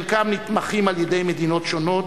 חלקם נתמכים על-ידי מדינות שונות,